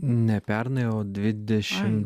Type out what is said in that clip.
ne pernai o dvidešim